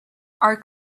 our